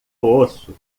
osso